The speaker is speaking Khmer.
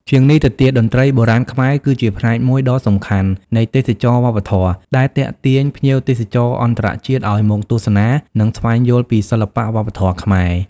ជាងនេះទៅទៀត តន្ត្រីបុរាណខ្មែរ គឺជាផ្នែកមួយដ៏សំខាន់នៃទេសចរណ៍វប្បធម៌ ដែលទាក់ទាញភ្ញៀវទេសចរអន្តរជាតិឱ្យមកទស្សនា និងស្វែងយល់ពីសិល្បៈវប្បធម៌ខ្មែរ។